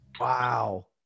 wow